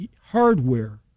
hardware